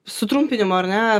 sutrumpinimo ar ne